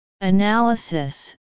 Analysis